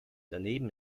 daneben